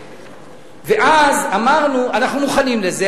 אז אמרנו: אנחנו מוכנים לזה,